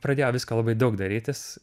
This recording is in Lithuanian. pradėjo visko labai daug darytis